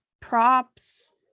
props